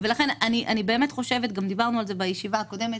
לכן אני באמת חושבת גם דיברנו על זה בישיבה הקודמת